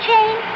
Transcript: chain